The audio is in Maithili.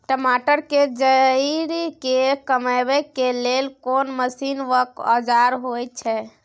टमाटर के जईर के कमबै के लेल कोन मसीन व औजार होय छै?